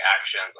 actions